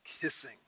kissing